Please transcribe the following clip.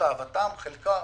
מלוא רצונם,